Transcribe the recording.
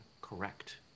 correct